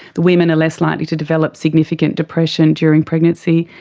the women are less likely to develop significant depression during pregnancy,